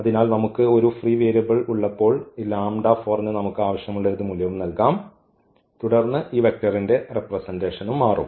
അതിനാൽ നമുക്ക് ഒരു ഫ്രീ വേരിയബിൾ ഉള്ളപ്പോൾ ഈ ലാംഡ 4 ന് നമുക്ക് ആവശ്യമുള്ള ഏത് മൂല്യവും നൽകാം തുടർന്ന് ഈ വെക്റ്ററിന്റെ റെപ്രെസെന്റഷനും മാറും